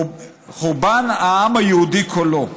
"חורבן העם היהודי כולו,